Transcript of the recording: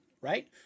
right